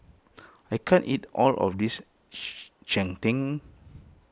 I can't eat all of this Cheng Tng